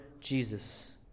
Jesus